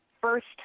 first